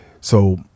So-